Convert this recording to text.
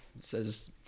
says